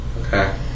Okay